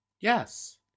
Yes